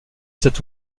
cet